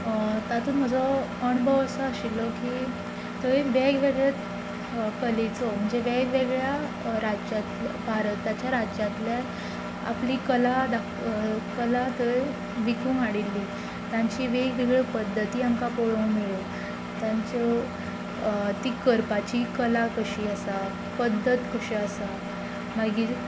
तातूंत म्हजो अणभव असो आशिल्लो की थंय वेग वेगळे कलेचो म्हणचे वेग वेगळ्या रांज्यांतल्या भारताच्या राज्यांतल्या आपली कला कला थंय विकूंक हाडिल्ली तांची वेग वेगळ्यो पद्दती आमकां पळोवंक मेळ्ळ्यो तांच्यो ती करपाची कला कशी आसा पद्दत कशी आसा मागीर